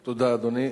תודה, אדוני.